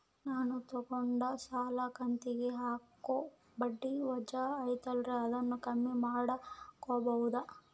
ನಾನು ತಗೊಂಡ ಸಾಲದ ಕಂತಿಗೆ ಹಾಕೋ ಬಡ್ಡಿ ವಜಾ ಐತಲ್ರಿ ಅದನ್ನ ಕಮ್ಮಿ ಮಾಡಕೋಬಹುದಾ?